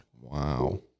Wow